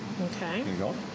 Okay